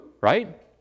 right